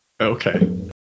okay